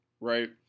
right